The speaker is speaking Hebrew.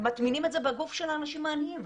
מטמינים את זה בגוף של האנשים העניים.